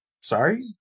sorry